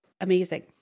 amazing